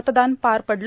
मतदान पार पडलं